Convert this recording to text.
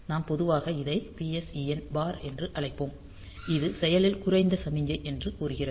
எனவே நாம் பொதுவாக இதை PSEN பார் என்று அழைப்போம் இது செயலில் குறைந்த சமிக்ஞை என்று கூறுகிறது